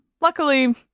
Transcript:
luckily